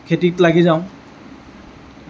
খেতিত লাগি যাওঁ